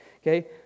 Okay